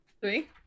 three